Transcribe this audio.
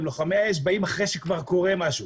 עם לוחמי האש אחרי שכבר קורה משהו.